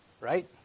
right